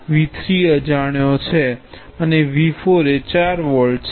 V3 અજાણ્યો છે અને V4 એ 4 વોલ્ટ છે